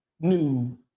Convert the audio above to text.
new